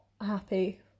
happy